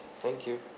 thank you